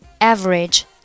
Average